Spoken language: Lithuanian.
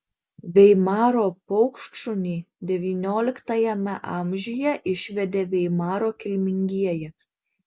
veimaro paukštšunį devynioliktajame amžiuje išvedė veimaro kilmingieji